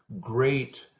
great